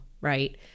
right